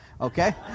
Okay